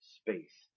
space